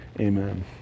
Amen